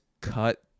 cut